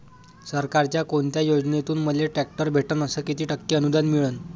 सरकारच्या कोनत्या योजनेतून मले ट्रॅक्टर भेटन अस किती टक्के अनुदान मिळन?